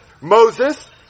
Moses